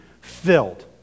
filled